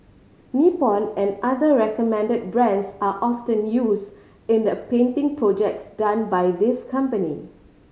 Nippon and other recommended brands are often use in the painting projects done by this company